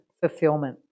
fulfillment